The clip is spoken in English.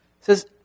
says